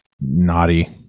naughty